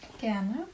Gerne